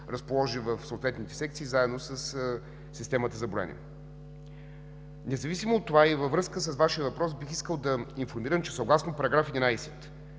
разположи в съответните секции заедно със системата за броене. Независимо от това и във връзка с Вашия въпрос бих искал да информирам, че съгласно § 11